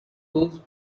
those